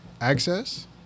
Access